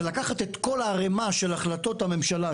זה לקחת את כל הערימה של החלטות הממשלה,